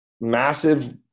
massive